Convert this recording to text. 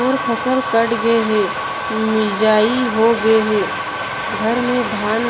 मोर फसल कट गे हे, मिंजाई हो गे हे, घर में धान